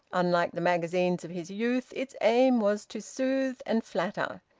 unlike the magazines of his youth, its aim was to soothe and flatter,